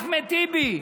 אחמד טיבי,